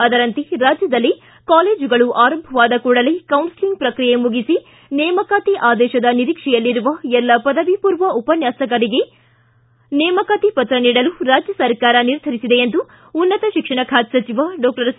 ಅದರಂತೆ ರಾಜ್ಯದಲ್ಲಿ ಕಾಲೇಜುಗಳು ಆರಂಭವಾದ ಕೂಡಲೇ ಕೌನ್ಸಲಿಂಗ್ ಪ್ರಕ್ರಿಯೆ ಮುಗಿಸಿ ನೇಮಕಾತಿ ಅದೇಶದ ನೀರಿಕ್ಷೆಯಲ್ಲಿರುವ ಎಲ್ಲ ಪದವಿಪೂರ್ವ ಉಪನ್ನಾಸಕರಿಗೆ ನೇಮಕಾತಿ ಪತ್ರ ನೀಡಲು ರಾಜ್ಜ ಸರಕಾರ ನಿರ್ಧರಿಸಿದೆ ಎಂದು ಉನ್ನತ ಶಿಕ್ಷಣ ಖಾತೆ ಸಚಿವ ಡಾಕ್ಟರ್ ಸಿ